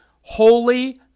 holy